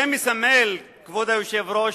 זה מסמל, כבוד היושב-ראש,